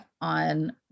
on